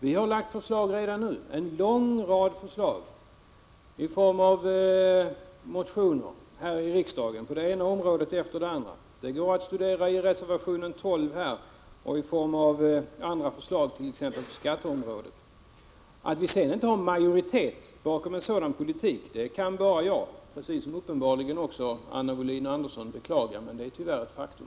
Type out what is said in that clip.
Vi har lagt förslag redan nu, en lång rad förslag, i form av motioner i riksdagen på det ena området efter det andra. Det går att studera i reservation 12 och andra förslag på t.ex. skatteområdet. Att vi sedan inte har majoritet bakom en sådan politik, det kan jag — och uppenbarligen Anna Wohlin-Andersson också — bara beklaga. Det är tyvärr ett faktum.